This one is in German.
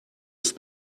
ist